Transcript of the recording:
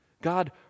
God